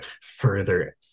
further